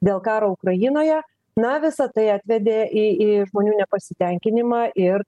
dėl karo ukrainoje na visa tai atvedė į į žmonių nepasitenkinimą ir